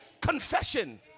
Confession